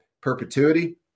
perpetuity